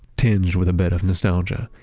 tinge with a bit of nostalgia.